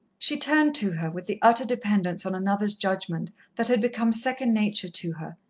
she turned to her, with the utter dependence on another's judgment that had become second nature to her.